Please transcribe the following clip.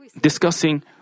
discussing